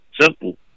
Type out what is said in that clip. Simple